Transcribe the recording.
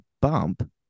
bump